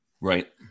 Right